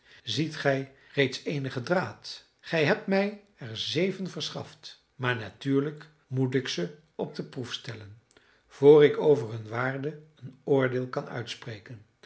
ziet gij reeds eenigen draad gij hebt mij er zeven verschaft maar natuurlijk moet ik ze op de proef stellen voor ik over hun waarde een oordeel kan uitspreken